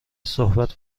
صحبت